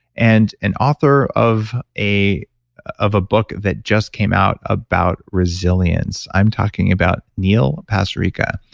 and an author of a of a book that just came out about resilience i'm talking about neil pasricha.